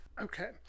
Okay